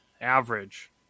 average